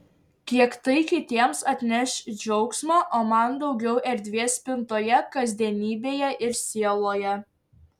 kiek tai kitiems atneš džiaugsmo o man daugiau erdvės spintoje kasdienybėje ir sieloje